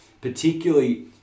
Particularly